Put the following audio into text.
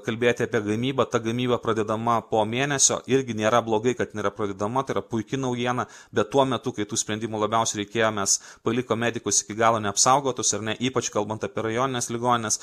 kalbėti apie gamybą ta gamyba pradedama po mėnesio irgi nėra blogai kad jin yra pradedama tai yra puiki naujiena bet tuo metu kai tų sprendimų labiausiai reikėjo mes palikom medikus iki galo neapsaugotus ar ne ypač kalbant apie rajonines ligonines